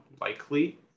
likely